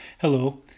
Hello